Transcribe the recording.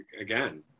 again